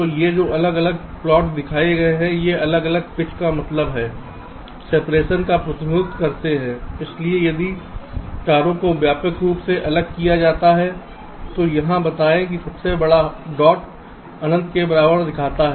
और ये जो अलग अलग प्लॉट दिखाए गए हैं वे अलग अलग पिच का मतलब है सिपरेशन का प्रतिनिधित्व करते हैं इसलिए यदि तारों को व्यापक रूप से अलग किया जाता है तो यहां बताएं कि सबसे बड़ा डॉट अनंत के बराबर दिखाता है